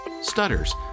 stutters